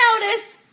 notice